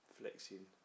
flexing